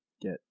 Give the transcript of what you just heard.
get